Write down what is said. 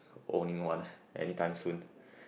owning one anytime soon